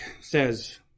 says